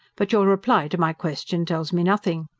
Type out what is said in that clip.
but your reply to my question tells me nothing.